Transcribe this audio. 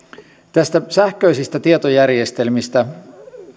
näistä sähköisistä tietojärjestelmistä